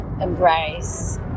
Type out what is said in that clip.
embrace